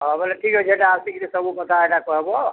ହଁ ଭଲ ଠିକ୍ ଅଛି ସେଟା ଆସିକିରି ସବୁ କଥା ହେଟା କହିବ